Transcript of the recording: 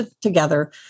together